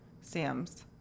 Sam's